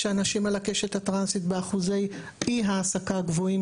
שאנשים על הקשת הטרנסית באחוזי אי העסקה גבוהים